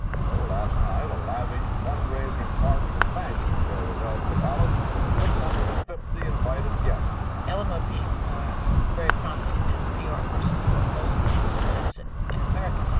so last night, a lavish fundraising party and fashion show was held at the palace for six hundred and but fifty invited guests eleanor, being a very prominent as a pr person for most of the designers in and america,